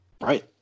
Right